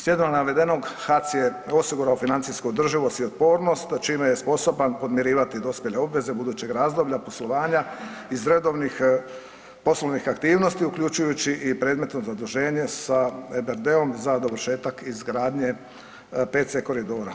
Slijedom navedenog HAC je osigurao financijsku održivost i otpornost čime je sposoban podmirivati dospjele obveze budućeg razdoblja poslovanja iz redovnih poslovnih aktivnosti uključujući i predmetno zaduženje sa ERBD-om za dovršetak izgradnje 5C koridora.